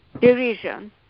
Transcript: derision